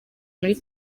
muri